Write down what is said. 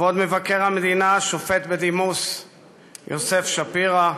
כבוד מבקר המדינה השופט בדימוס יוסף שפירא,